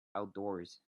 outdoors